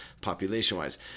population-wise